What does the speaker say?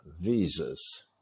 visas